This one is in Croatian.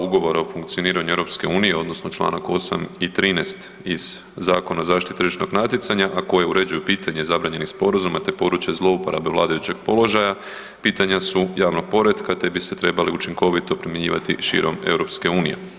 Ugovora o funkcioniranju EU odnosno Članak 8. i 13. iz Zakona o zaštiti tržišnog natjecanja, a koji uređuju pitanje zabranjenih sporazuma te područje zlouporabe vladajućeg položaja pitanja su javnog poretka te bi se trebali učinkovito primjenjivati širom EU.